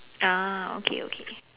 ah okay okay